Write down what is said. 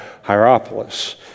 Hierapolis